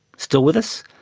still with us?